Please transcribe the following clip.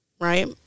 right